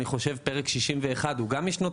אני חושב פרק 61 שגם הוא משנות